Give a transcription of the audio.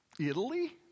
Italy